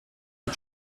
und